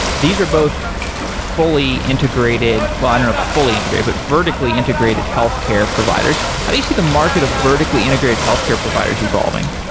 these are both fully integrated well, i don't know about fully integrated, but vertically integrated healthcare providers. how do you see the market of vertically integrated healthcare providers evolving?